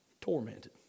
Tormented